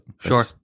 Sure